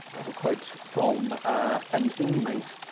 i have a quote from an inmate,